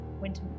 winter